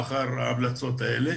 אחר ההמלצות האלה